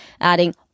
adding